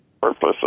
purpose